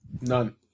None